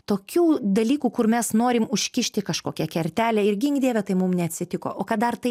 tokių dalykų kur mes norim užkišti kažkokią kertelę ir gink dieve tai mums neatsitiko o kad dar tai